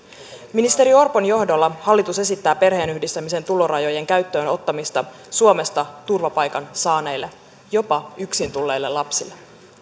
ministeri orpon johdolla hallitus esittää perheenyhdistämisen tulorajojen käyttöön ottamista suomesta turvapaikan saaneille jopa yksin tulleille lapsille